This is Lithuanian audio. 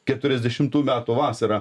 keturiasdešimtų metų vasarą